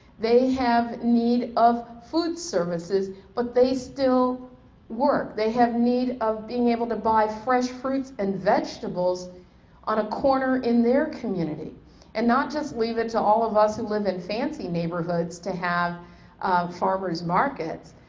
they have need of food services but they still work, they have need of being able to buy fresh fruits and vegetables on a corner in their community and not just leave it to all of us who live in fancy neighborhoods to have farmers markets.